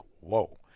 Whoa